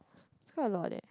it's quite a lot leh